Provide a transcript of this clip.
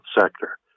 sector